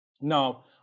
now